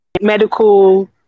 medical